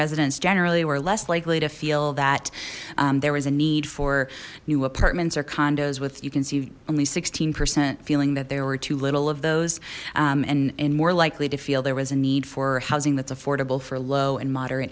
residents generally were less likely to feel that there was a need for new apartments or condos with you can see only sixteen percent feeling that there were too little of those and and more likely to feel there was a need for housing that's affordable for low and moderate